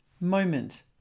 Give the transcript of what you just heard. moment